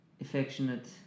affectionate